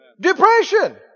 Depression